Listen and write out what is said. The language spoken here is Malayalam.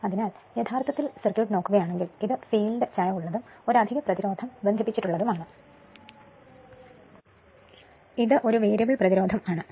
അതിനാൽ യഥാർത്ഥത്തിൽ സർക്യൂട്ട് നോക്കുകയാണെങ്കിൽ ഇത് ഫീൽഡ് ചായവുള്ളതും ഒരു അധിക പ്രതിരോധം ബന്ധിപ്പിച്ചിട്ടുള്ളതുമാണ് ഇത് ഒരു വേരിയബിൾ പ്രതിരോധം ആണ്